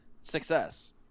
success